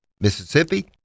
Mississippi